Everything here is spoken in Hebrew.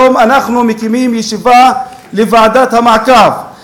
היום אנחנו מקיימים ישיבה של ועדת המעקב.